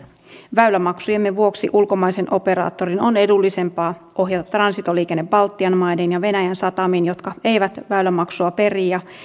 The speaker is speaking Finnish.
väylämaksujemme vuoksi ulkomaisen operaattorin on edullisempaa ohjata transitoliikenne baltian maiden ja venäjän satamiin jotka eivät väylämaksua peri ja